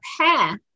path